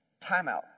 timeout